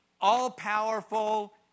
all-powerful